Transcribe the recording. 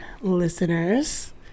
listeners